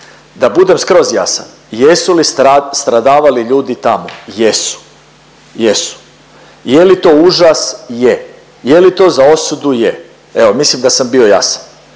Da budem skroz jasan jesu li stradavali ljudi tamo, jesu, jesu. Je li to užas, je. Je li to za osudu, je. Evo mislim da sam bio jasan.